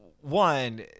one